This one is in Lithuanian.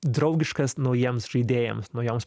draugiškas naujiems žaidėjams naujoms